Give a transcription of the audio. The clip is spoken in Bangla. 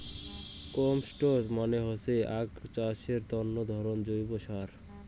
কম্পস্ট মানে হইসে আক চাষের তন্ন ধরণের জৈব সার